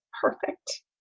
perfect